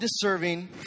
deserving